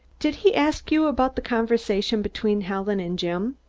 did he ask you about the conversation between helen and jim?